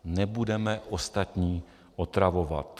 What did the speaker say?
Nebudeme ostatní otravovat.